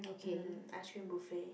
um ice cream buffet